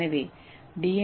எனவே டி